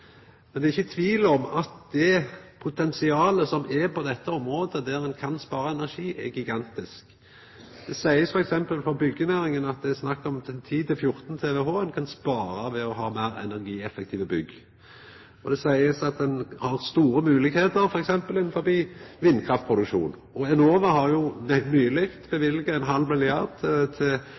Det er ikkje tvil om at er potensialet til å spara energi på dette området er gigantisk. Byggjenæringa seier t.d. at det er snakk om at ein kan spara 10–14 TWh ved å ha meir energieffektive bygg, og det blir sagt at ein har store moglegheiter t.d. innanfor vindkraftproduksjon. Enova har jo nyleg løyvt ein halv milliard kr til